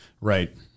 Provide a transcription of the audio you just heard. right